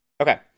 Okay